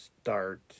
start